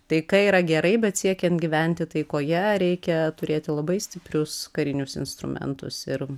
taika yra gerai bet siekiant gyventi taikoje reikia turėti labai stiprius karinius instrumentus ir